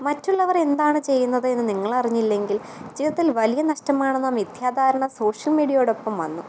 മറ്റുള്ളവർ എന്താണ് ചെയ്യുന്നത് എന്ന് നിങ്ങളറിഞ്ഞില്ലെങ്കിൽ ജീവിതത്തിൽ വലിയ നഷ്ടമാണെന്ന മിഥ്യാധാരണ സോഷ്യൽ മീഡിയയോടൊപ്പം വന്നു